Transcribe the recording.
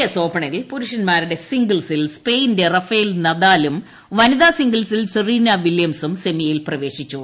S ഓപ്പണിൽ പുരുഷൻമാരുടെ സിംഗിൾസിൽ സ്പെയിന്റെ റഫേൽ നദാലും വനിതാ സിംഗിൾസിൽ സെറീനാ വില്യംസും സെമിയിൽ പ്രവേശിച്ചു